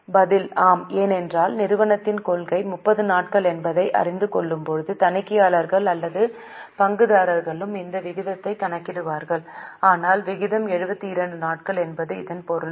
பதில் ஆம் ஏனென்றால் நிறுவனத்தின் கொள்கை 30 நாட்கள் என்பதை அறிந்து கொள்ளும்போது தணிக்கையாளர்கள் அல்லது பங்குதாரர்களும் இந்த விகிதத்தை கணக்கிடுவார்கள் ஆனால் விகிதம் 72 நாட்கள் என்பது இதன் பொருள் என்ன